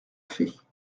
fait